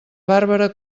bàrbara